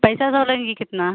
पैसा बताओ लेंगी कितना